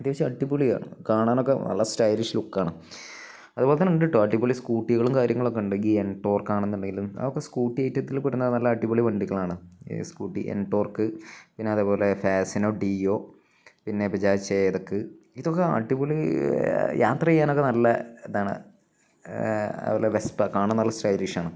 അത്യാവശ്യം അടിപൊളിയാണ് കാണാനൊക്കെ നല്ല സ്റ്റൈലിഷ് ലുക്കാണ് അതുപോലെ തന്നെ ഉണ്ട് കേട്ടോ അടിപൊളി സ്കൂട്ടികളും കാര്യങ്ങളുമൊക്കെയുണ്ട് ഈ എൻടോർക്കാണെന്നുണ്ടെങ്കിലും അതൊക്കെ സ്കൂട്ടി ഐറ്റത്തിൽപ്പെടുന്ന നല്ല അടിപൊളി വണ്ടികളാണ് ഈ സ്കൂട്ടി എൻടോർക്ക് പിന്നെ അതേപോലെ ഫാസിനോ ഡിയോ പിന്നെ ബജാജ് ചേതക്ക് ഇതൊക്കെ അടിപൊളി യാത്ര ചെയ്യാനൊക്കെ നല്ല ഇതാണ് അതുപോലെ വെസ്പ കാണാൻ നല്ല സ്റ്റൈലിഷ് ആണ്